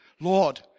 Lord